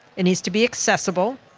it needs to be accessible,